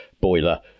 boiler